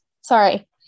sorry